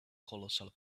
colossal